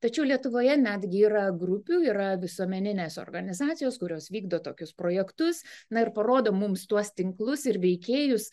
tačiau lietuvoje netgi yra grupių yra visuomeninės organizacijos kurios vykdo tokius projektus na ir parodo mums tuos tinklus ir veikėjus